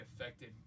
affected